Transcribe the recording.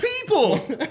people